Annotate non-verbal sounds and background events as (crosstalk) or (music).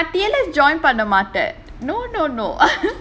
err ya (laughs) and then you're like nati let's join பண்ணமாட்டேன்:pannamattaen no no no (laughs)